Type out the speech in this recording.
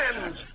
friends